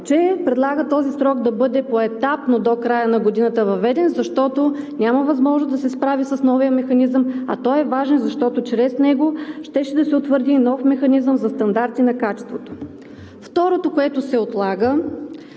че предлага този срок да бъде въведен поетапно до края на годината, защото няма възможност да се справи с новия механизъм, а той е важен, защото чрез него щеше да се утвърди и нов механизъм за стандарти на качеството. Второто, което се отлага,